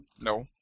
No